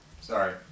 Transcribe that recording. Sorry